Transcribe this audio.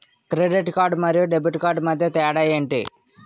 Credit card మరియు debit card మధ్య తేడా ఎంటి?